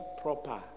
proper